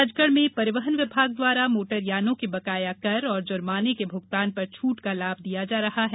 राजगढ में परिवहन विभाग द्वारा मोटरयानों के बकाया कर तथा जुर्मान के भुगतान पर छूट का लाभ दिया जा रहा है